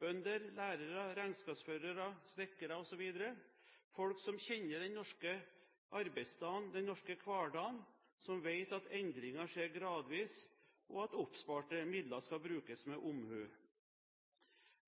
bønder, lærere, regnskapsførere, snekkere osv. – som kjenner den norske arbeidsdagen og den norske hverdagen, som vet at endringer skjer gradvis, og at oppsparte midler skal brukes med omhu.